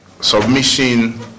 submission